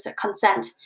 consent